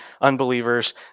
unbelievers